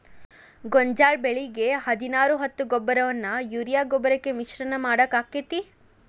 ಗೋಂಜಾಳ ಬೆಳಿಗೆ ಹದಿನಾರು ಹತ್ತು ಗೊಬ್ಬರವನ್ನು ಯೂರಿಯಾ ಗೊಬ್ಬರಕ್ಕೆ ಮಿಶ್ರಣ ಮಾಡಾಕ ಆಕ್ಕೆತಿ?